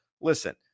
listen